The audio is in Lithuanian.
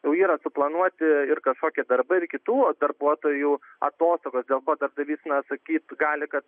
jau yra suplanuoti ir kažkokie darbai ir kitų darbuotojų atostogos dėl ko darbdavys na atsakyt gali kad